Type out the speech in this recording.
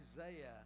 Isaiah